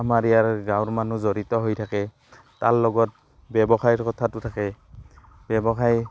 আমাৰ ইয়াৰ গাঁৱৰ মানুহ জড়িত হৈ থাকে তাৰ লগত ব্যৱসায়ৰ কথাটো থাকে ব্যৱসায়